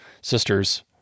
sister's